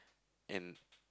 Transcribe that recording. in